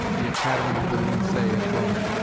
the academy of the lincei at rome.